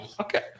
Okay